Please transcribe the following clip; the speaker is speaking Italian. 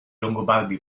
longobardi